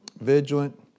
vigilant